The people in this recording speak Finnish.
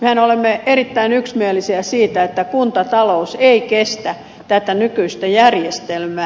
mehän olemme erittäin yksimielisiä siitä että kuntatalous ei kestä tätä nykyistä järjestelmää